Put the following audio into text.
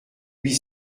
huit